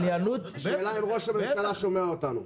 השאלה אם ראש הממשלה שומע אותנו.